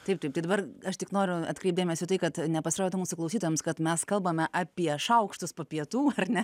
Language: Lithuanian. taip taip tai dabar aš tik noriu atkreipt dėmesį į tai kad nepasirodytų mūsų klausytojams kad mes kalbame apie šaukštus po pietų ar ne